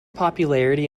popularity